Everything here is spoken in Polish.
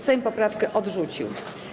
Sejm poprawkę odrzucił.